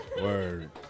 Word